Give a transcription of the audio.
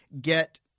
get